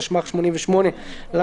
התשמ"ח-1988 (להלן,